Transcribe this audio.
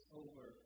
over